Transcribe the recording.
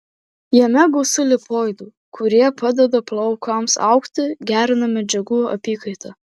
jame gausu lipoidų kurie padeda plaukams augti gerina medžiagų apykaitą